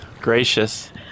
Gracious